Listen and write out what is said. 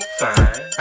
fine